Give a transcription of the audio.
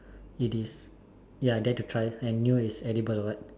it is ya dare to try and knew is edible or what